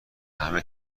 همه